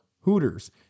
Hooters